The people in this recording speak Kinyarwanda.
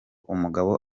umugabo